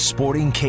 Sporting